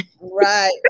Right